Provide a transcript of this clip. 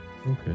Okay